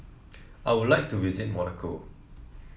I would like to visit Monaco